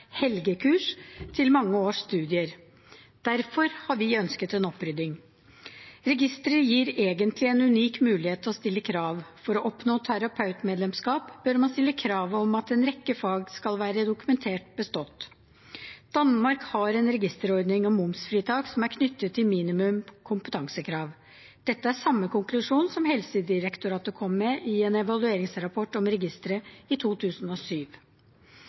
til mange års studier. Derfor har vi ønsket en opprydding. Registeret gir egentlig en unik mulighet til å stille krav. For å oppnå terapeutmedlemskap bør man stille krav om at en rekke fag skal være dokumentert bestått. Danmark har en registerordning og momsfritak som er knyttet til minimum kompetansekrav. Dette er samme konklusjon som Helsedirektoratet kom med i en evalueringsrapport om registeret i 2007.